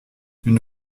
une